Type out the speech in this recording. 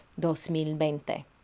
2020